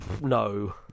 no